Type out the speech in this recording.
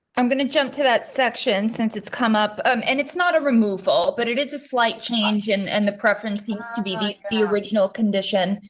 i'm going to jump to that section since it's come up um and it's not a removal, but it is a slight change and and the preference seems to be the the original condition.